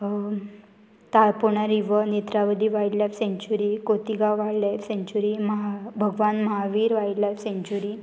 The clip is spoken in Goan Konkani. तार्पोणा river Netra wildlife sanctuary Cotigao wildlife sanctuary म्हा भगवान महावीर वायल्ड लायफ सँच्युरी